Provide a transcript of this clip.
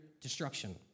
destruction